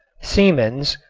siemens,